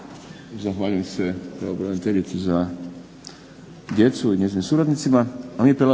Zahvaljujem se pravobraniteljici za djecu i njezinim suradnicima.